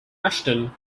ashton